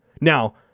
Now